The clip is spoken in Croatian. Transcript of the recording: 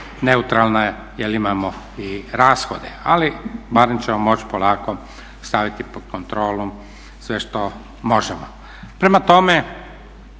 neutralna jer imamo i rashode. Ali barem ćemo moći polako staviti pod kontrolu sve što možemo.